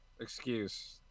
excuse